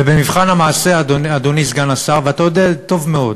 ובמבחן המעשה, אדוני סגן השר, ואתה יודע טוב מאוד,